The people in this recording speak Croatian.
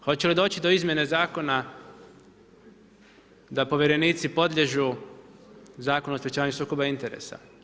Hoće li doći do izmjene zakona da povjerenici podliježu Zakonu o sprečavanju sukoba interesa?